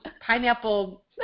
pineapple